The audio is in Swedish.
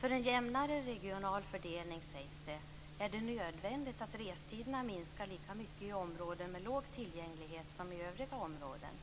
För en jämnare regional fördelning, sägs det, är det nödvändigt att restiderna minskar lika mycket i områden med låg tillgänglighet som i övriga områden.